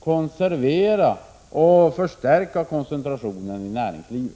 konservera och förstärka koncentrationen i näringslivet.